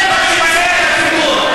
זה מה שצריך הציבור,